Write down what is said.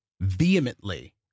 vehemently